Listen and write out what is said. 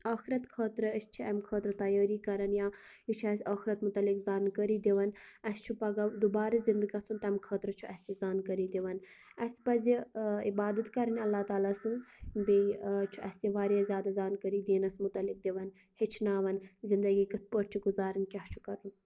ٲخرت خٲطرٕ أسۍ چھِ امہِ خٲطرٕ تیٲری کران یا یہِ چھ اسہِ ٲخرت مُتعلِق زانکٲری دوان اسہِ چھُ پَگاہ دُبارٕ زندٕ گَژھُن تمہِ خٲطرٕ چھ اسہِ زانکٲری دِوان اسہ پَزِ عبادت کَرٕنی اللہ تعالیٰ سٕنٛز بیٚیہِ چھ اسہِ یہِ واریاہ زیادٕ زانکٲری دیٖنَس مُتعلِق دوان ہیٚچھناوان زندگی کتھ پٲٹھۍ چھ گُزارن کیاہ چھُ کَرُن